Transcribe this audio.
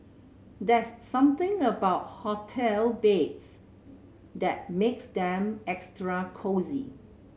that's something about hotel beds that makes them extra cosy